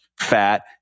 fat